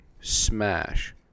smash